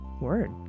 Word